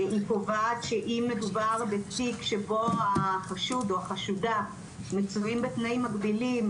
היא קובעת שאם מדובר בתיק שבו החשוד או החשודה מצויים בתנאים מגבילים,